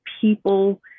people